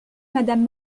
madame